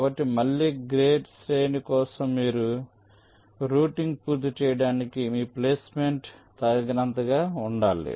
కాబట్టి మళ్ళీ గేట్ శ్రేణి కోసం మీ రూటింగ్ పూర్తి కావడానికి మీ ప్లేస్మెంట్ తగినంతగా ఉండాలి